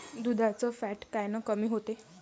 दुधाचं फॅट कायनं कमी होते?